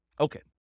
Okay